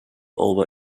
over